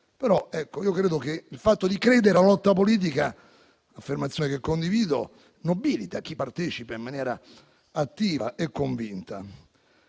Ritengo però che il fatto di credere alla lotta politica - un'affermazione che condivido - nobiliti chi partecipa in maniera attiva e convinta.